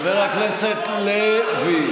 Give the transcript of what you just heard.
חבר הכנסת לוי,